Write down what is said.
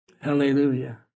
Hallelujah